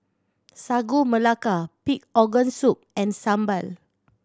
Sagu Melaka pig organ soup and sambal